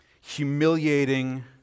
humiliating